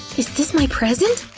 is this my present?